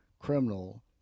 criminal